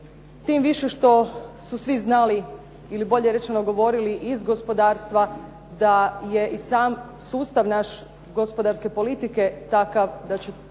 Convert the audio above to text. tim više što su svi znali ili bolje rečeno govorili iz gospodarstva da je i sam naš sustav gospodarske politike takav da će